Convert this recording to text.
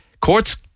courts